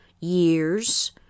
years